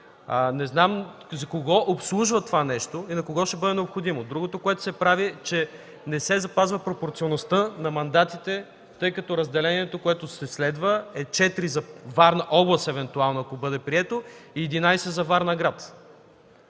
Не знам кого обслужва това нещо и на кого ще бъде необходимо. Другото, което се прави, е, че не се запазва пропорционалността на мандатите, тъй като разделението, което се следва, е четири за Варна област, евентуално, ако бъде прието, и 11 – за Варна-град.